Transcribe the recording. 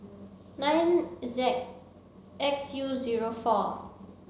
nine Z X U zero four